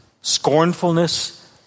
scornfulness